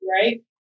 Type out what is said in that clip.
Right